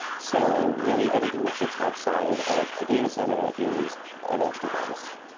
so really, anything that sits outside of the data center is an edge device.